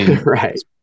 right